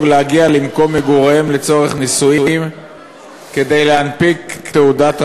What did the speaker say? להגיע למקום מגוריהם לצורך נישואין כדי להנפיק תעודת רווקות.